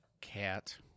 cat